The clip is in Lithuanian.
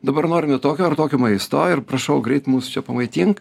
dabar norime tokio ar tokio maisto ir prašau greit mus čia pamaitink